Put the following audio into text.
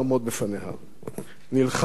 נלחמת עד יומך האחרון.